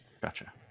Gotcha